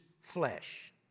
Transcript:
flesh